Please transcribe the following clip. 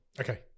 okay